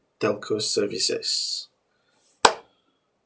telco services